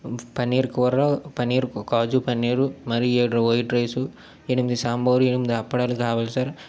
పన్నీర్ కూరలో పన్నీర్ కాజు పన్నీర్ మరియు వైట్ రైస్ ఎనిమిది సాంబార్ ఎనిమిది అప్పడాలు కావలి సర్